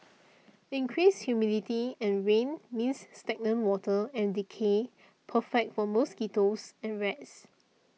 increased humidity and rain means stagnant water and decay perfect for mosquitoes and rats